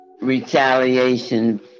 Retaliation